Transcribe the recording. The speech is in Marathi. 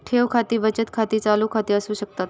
ठेव खाती बचत खाती, चालू खाती असू शकतत